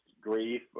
grief